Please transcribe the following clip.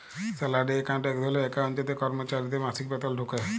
salary account এক ধরলের account যাতে করমচারিদের মাসিক বেতল ঢুকে